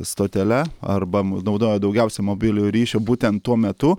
stotele arba naudoja daugiausia mobiliojo ryšio būtent tuo metu